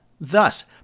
Thus